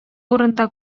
урында